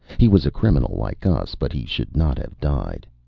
he was a criminal like us, but he should not have died.